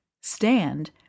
Stand